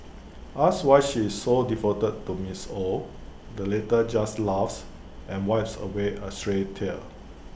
asked why she is so devoted to miss Ow the latter just laughs and wipes away A stray tear